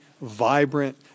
vibrant